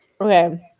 Okay